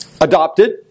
adopted